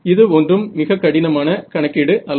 இது ஒன்றும் மிகக் கடினமான கணக்கீடு அல்ல